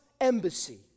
embassy